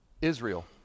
Israel